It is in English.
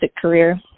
career